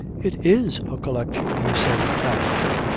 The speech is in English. it is a collection, he said emphatically.